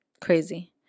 crazy